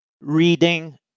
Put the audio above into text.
Reading